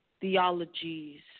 theologies